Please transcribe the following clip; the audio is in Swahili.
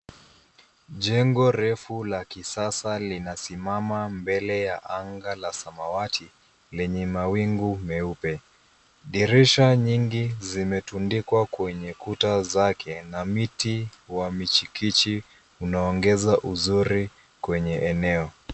Jengo refu la kisasa linasimama mbele ya anga ya samawati lenye mawingu meupe. Dirisha nyingi zimetundikwa kwenye kuta zake na miti wa michikichi unaongeza uzuri kwenye eneo.